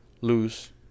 lose